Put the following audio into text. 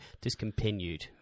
Discontinued